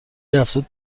افزود